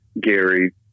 Gary